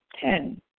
Ten